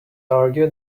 argue